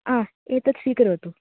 आ एतत् स्वीकरोतु